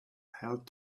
held